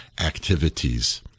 activities